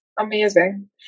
amazing